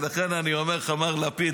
ולכן אני אומר לך: מר לפיד,